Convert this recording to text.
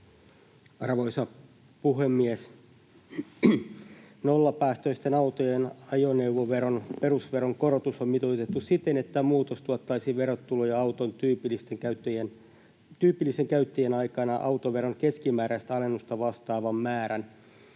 Arvoisa puhemies! Nollapäästöisten autojen ajoneuvoveron perusveron korotus on mitoitettu siten, että tämä muutos tuottaisi verotuloja auton tyypillisen käyttöiän aikana autoveron keskimääräistä alennusta vastaavan määrän.